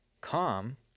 calm